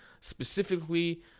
specifically